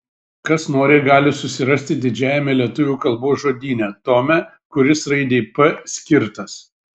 kas nori gali susirasti didžiajame lietuvių kalbos žodyne tome kuris raidei p skirtas